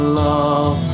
love